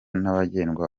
nyabagendwa